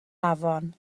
afon